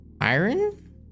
Iron